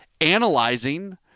analyzing